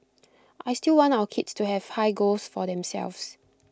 I still want our kids to have high goals for themselves